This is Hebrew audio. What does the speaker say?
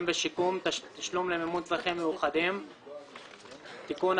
ושיקום)(תשלום למימון צרכים מיוחדים)(תיקון),